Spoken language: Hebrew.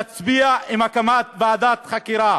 תצביע על הקמת ועדת חקירה.